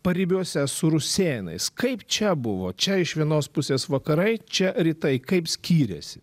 paribiuose su rusėnais kaip čia buvo čia iš vienos pusės vakarai čia rytai kaip skyrėsi